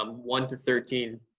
um one to thirteen